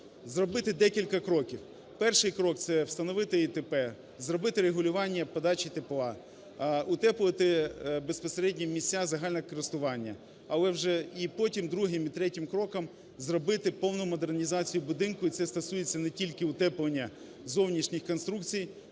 зробити декілька кроків. Перший крок – це встановити ІТП, зробити регулювання подачі тепла, утеплювати безпосередньо місця загального користування, але вже і потім другим і третім кроком зробити повну модернізацію будинку, і це стосується не тільки утеплення зовнішніх конструкцій,